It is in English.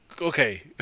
okay